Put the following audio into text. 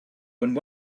when